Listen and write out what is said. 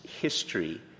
history